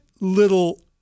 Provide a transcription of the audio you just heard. little